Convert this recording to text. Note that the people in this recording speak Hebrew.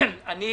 אני